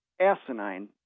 asinine